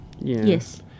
Yes